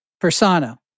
persona